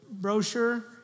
brochure